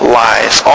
lies